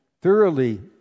thoroughly